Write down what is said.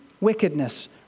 wickedness